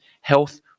health